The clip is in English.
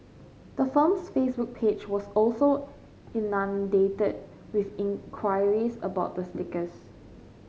the firm's Facebook page was also inundated with in queries about the stickers